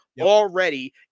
already